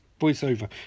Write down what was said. voiceover